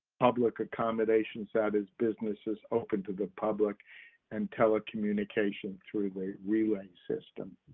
public accommodation, so that is businesses open to the public and telecommunication through the relay system.